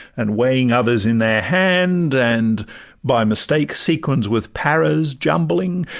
and weighing others in their hand, and by mistake sequins with paras jumbling,